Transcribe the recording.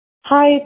Hi